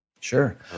Sure